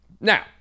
Now